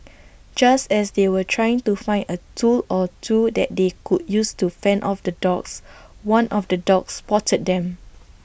just as they were trying to find A tool or two that they could use to fend off the dogs one of the dogs spotted them